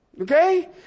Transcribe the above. Okay